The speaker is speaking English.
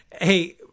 Hey